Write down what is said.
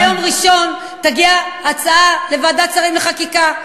סוף-סוף ביום ראשון תגיע הצעה לוועדת שרים לחקיקה,